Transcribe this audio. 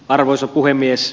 arvoisa puhemies